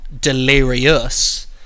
delirious